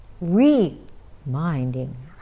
reminding